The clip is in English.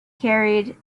carried